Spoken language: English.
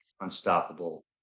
unstoppable